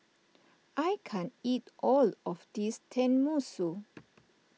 I can't eat all of this Tenmusu